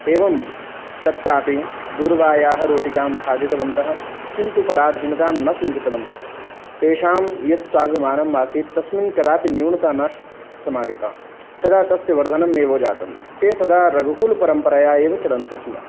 एवं तत्रापि दूर्वायाः रोटिकां खादितवन्तः किन्तु पराधीनतां न स्वीकृतवन्तः तेषां यत् स्वाभिमानम् आसीत् तस्मिन् कदापि न्यूनता न समागता सदा तस्य वर्धनम् एव जातं ते सदा रघुकुलपरम्परया एव चलन्ति स्म